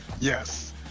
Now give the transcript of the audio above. yes